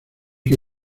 que